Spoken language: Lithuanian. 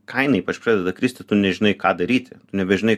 kaina ypač pradeda kristi tu nežinai ką daryti tu nebežinai